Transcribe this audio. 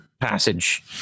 passage